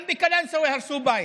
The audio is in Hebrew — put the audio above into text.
גם בקלנסווה הרסו בית.